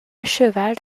cheval